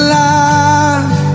life